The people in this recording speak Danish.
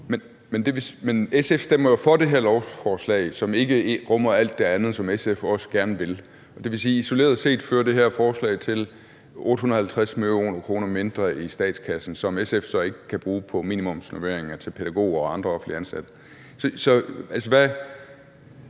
Men SF stemmer jo for det her lovforslag, som ikke rummer alt det andet, som SF også gerne vil. Det vil sige, at det her forslag isoleret set fører til 850 mio. kr. mindre i statskassen, som SF så ikke kan bruge på minimumsnormeringer til pædagoger og andre offentligt ansatte.